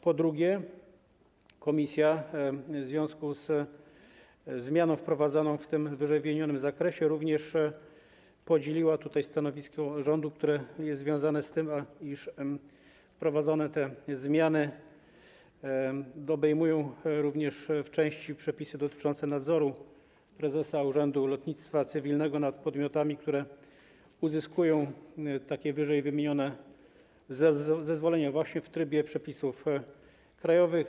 Po drugie, komisja w związku ze zmianą wprowadzoną w ww. zakresie podzieliła również stanowisko rządu, które jest związane z tym, iż wprowadzone zmiany obejmują także w części przepisy dotyczące nadzoru prezesa Urzędu Lotnictwa Cywilnego nad podmiotami, które uzyskują ww. zezwolenie, właśnie w trybie przepisów krajowych.